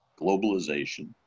Globalization